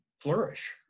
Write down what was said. flourish